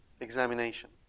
examination